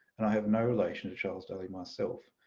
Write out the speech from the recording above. and i have no relation to charles daley myself,